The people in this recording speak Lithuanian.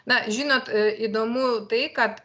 na žinot įdomu tai kad